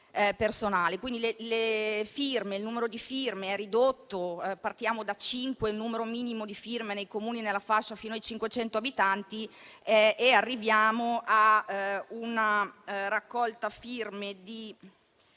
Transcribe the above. Quindi, il numero di firme è ridotto: partiamo da cinque, che è il numero minimo di firme nei Comuni nella fascia fino ai 500 abitanti, e arriviamo a dieci-venti firme nella